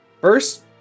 first